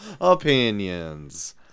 opinions